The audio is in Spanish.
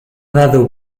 dado